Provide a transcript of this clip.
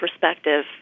perspective